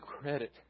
credit